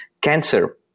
cancer